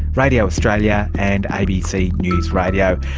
radio australia and abc news radio,